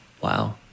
Wow